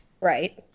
Right